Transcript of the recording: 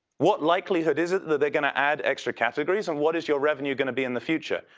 what likelihood is it that they're going to add extra categories, and what is your revenue going to be in the future?